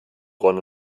ron